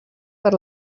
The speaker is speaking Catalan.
per